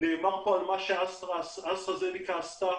נאמר פה על מה שאסטרה זניקה עשתה,